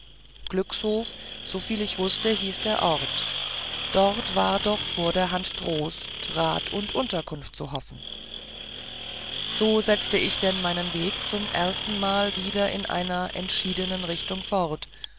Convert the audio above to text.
glückshof soviel ich wußte hieß der ort dort war doch vorderhand trost rat und unterkunft zu hoffen so setzte ich denn meinen weg zum ersten male wieder in einer entschiedenen richtung fort